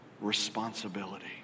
responsibility